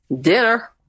Dinner